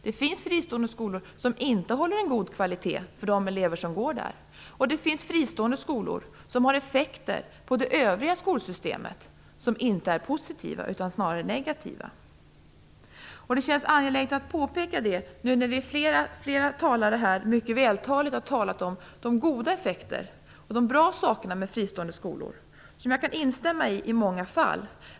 Det finns fristående skolor som inte håller en god kvalitet för de elever som går där, och det finns fristående skolor som har effekter på det övriga skolsystemet som inte är positiva utan snarare negativa. Det känns angeläget att påpeka det när flera talare mycket vältaligt har talat om de goda effekterna och de bra sakerna med fristående skolor. Jag kan instämma i det i många fall.